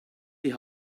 die